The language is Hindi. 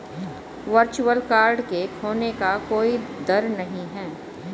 वर्चुअल कार्ड के खोने का कोई दर नहीं है